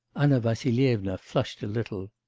anna vassilyevna flushed a little.